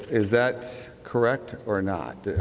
is that correct or not?